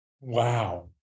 Wow